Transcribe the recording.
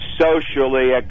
socially